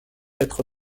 être